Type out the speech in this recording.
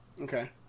Okay